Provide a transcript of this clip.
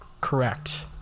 correct